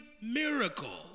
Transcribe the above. miracle